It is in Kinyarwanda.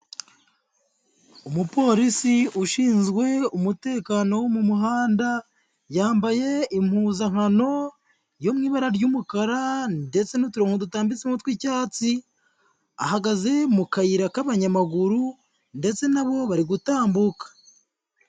Umupolisi ushinzwe umutekano wo mu muhanda, yambaye impuzankano yo mu ibara ry'umukara ndetse n'uturongo dutambitsemo tw'icyatsi, ahagaze mu kayira k'abanyamaguru ndetse na bo bari gutambuka.